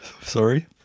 sorry